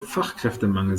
fachkräftemangel